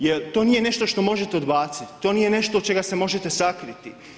Jer to nije nešto što možete odbaciti, to nije nešto od čega se možete sakriti.